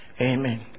Amen